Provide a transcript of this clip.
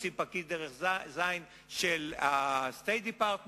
עם פקיד דרג ז' של ה-State Department.